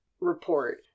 report